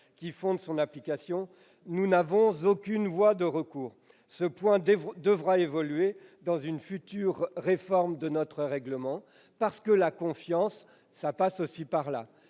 qui fondent son application, nous n'avons aucune voie de recours. Ce point devra évoluer dans une future réforme de notre règlement : la confiance passe aussi par là